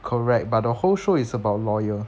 correct but the whole show is about lawyer